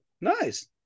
nice